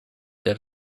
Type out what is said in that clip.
that